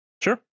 Sure